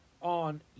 on